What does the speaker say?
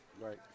Right